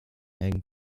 and